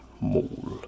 mole